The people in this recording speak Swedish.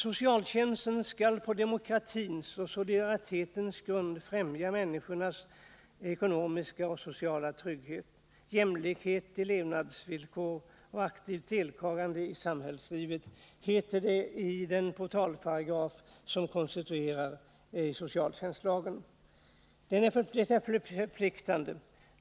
Socialtjänsten skall på demokratins och solidaritetens grund främja människornas ekonomiska och sociala trygghet, jämlikhet i levnadsvillkor och aktiva deltagande i samhällslivet, heter det i den portalparagraf som konstituerar socialtjänstlagen. Det är förpliktande.